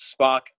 Spock